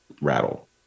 rattle